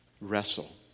Wrestle